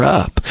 up